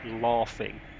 laughing